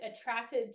attracted